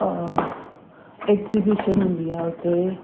और एक्ज़ीबिशन हूंदी आहे हुते